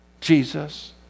Jesus